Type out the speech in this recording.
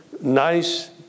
nice